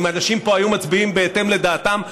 אם אנשים פה היו מצביעים בהתאם לדעתם,